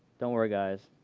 don't worry, guys.